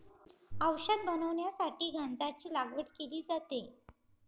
औषध बनवण्यासाठी गांजाची लागवड केली जाते